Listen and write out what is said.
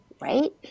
right